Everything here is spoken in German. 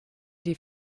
die